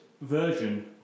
version